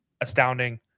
astounding